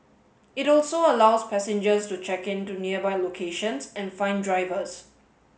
it also allows passengers to check in to nearby locations and find drivers